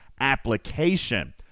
application